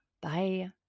Bye